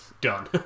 done